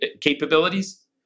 capabilities